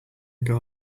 got